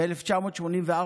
ב-1985-1984,